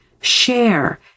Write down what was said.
share